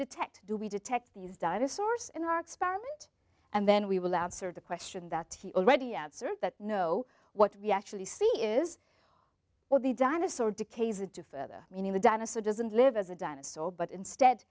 detect do we detect these dinosaurs in our experiment and then we will answer the question that he already answered that no what we actually see is where the dinosaur decays into further meaning the dinosaur doesn't live as a dinosaur but instead